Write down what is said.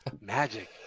magic